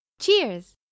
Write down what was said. Cheers